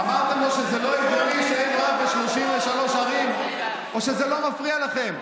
אמרתם לו שזה לא הגיוני שאין רב ב-33 ערים או שזה לא מפריע לכם?